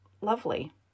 lovely